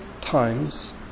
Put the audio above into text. times